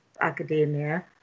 academia